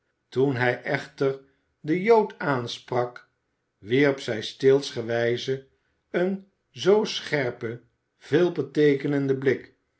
toen hij echter den jood aansprak wierp zij stee'sgewijze een zoo scherpen veelbeteekenenden blik